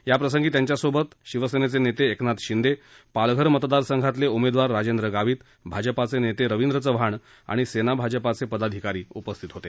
या प्रसंगी त्यांच्या सोबत सेना नेते एकनाथ शिंदे पालघर मतदारसंघातले उमेदवार राजेंद्र गावित भाजपा नेते रवींद्र चव्हाण आणि सेना भाजपाचे पदाधिकारी उपस्थित होते